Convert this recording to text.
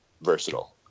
versatile